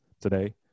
today